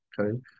okay